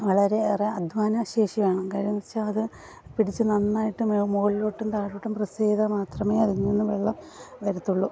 വളരെ ഏറെ അധ്വാനശേഷി വേണം കാര്യം എന്നു വെച്ചാൽ അത് പിടിച്ച് നന്നായിട്ട് മുകളിലോട്ടും താഴോട്ടും പ്രെസ്സ് ചെയ്താൽ മാത്രമേ അതിൽനിന്ന് വെള്ളം വരത്തുള്ളൂ